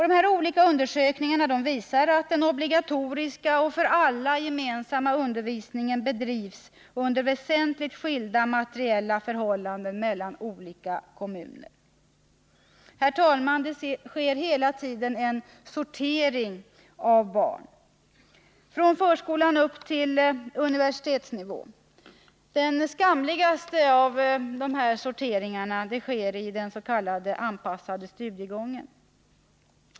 Dessa olika undersökningar visar att den obligatoriska och för alla gemensamma undervisningen i de olika kommunerna bedrivs under väsentligt skilda materiella förhållanden. Hela tiden sker det en sortering av barnen, från förskola upp till universitetsnivå. Den skamligaste sorteringen sker i dens.k. anpassade studiegången.